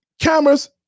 cameras